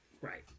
right